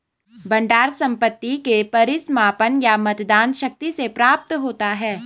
भंडार संपत्ति के परिसमापन या मतदान शक्ति से प्राप्त होता है